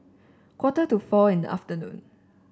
quarter to four in the afternoon